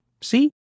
See